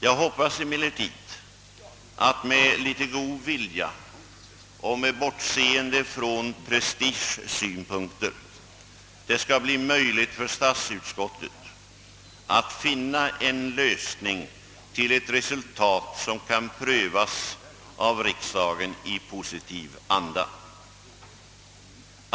Jag hoppas emellertid att det med litet god vilja och med bortseende från prestigesynpunkter skall bli möjligt för statsutskottet att finna en lösning som kan prövas av riksdagen i positiv anda.